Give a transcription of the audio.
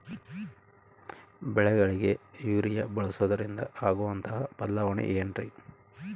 ಬೆಳೆಗಳಿಗೆ ಯೂರಿಯಾ ಬಳಸುವುದರಿಂದ ಆಗುವಂತಹ ಬದಲಾವಣೆ ಏನ್ರಿ?